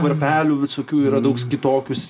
varpelių visokių yra daugs kitokius